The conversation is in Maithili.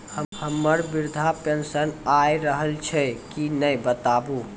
हमर वृद्धा पेंशन आय रहल छै कि नैय बताबू?